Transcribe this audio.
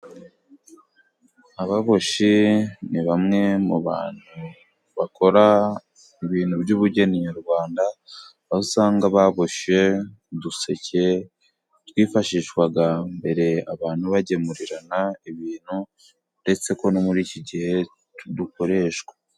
Ababoshyi ni bamwe mu bantu bakora ibintu by'ubugeni nyarwanda, aho usanga baboshe uduseke twifashishwaga mbere abantu bagemurirana ibintu, uretse ko no muri iki gihe dukoreshwa.